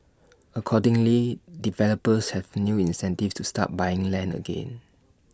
accordingly developers have A new incentive to start buying land again